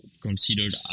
considered